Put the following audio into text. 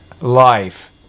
life